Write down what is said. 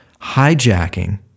hijacking